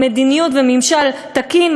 למדיניות וממשל תקין?